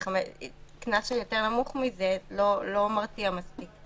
קנס שהוא יותר נמוך מזה לא מרתיע מספיק.